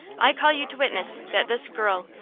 i call you to witness that this girl,